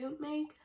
make